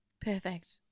Perfect